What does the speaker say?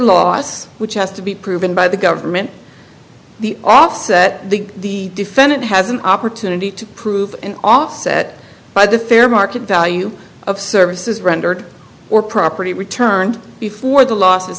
loss which has to be proven by the government the offset the defendant has an opportunity to prove offset by the fair market value of services rendered or property returned before the loss